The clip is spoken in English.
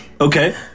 Okay